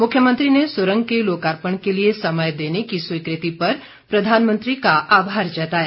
मुख्यमंत्री ने सुरंग के लोकार्पण के लिए समय देने की स्वीकृति पर प्रधानमंत्री का आभार जताया